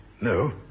no